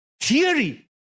theory